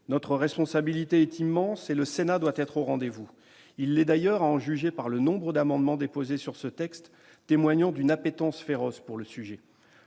Notre responsabilité est immense, et le Sénat doit être au rendez-vous. Il l'est d'ailleurs, à en juger par le nombre d'amendements déposés sur ce texte, témoignant d'une appétence féroce pour le sujet.